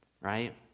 right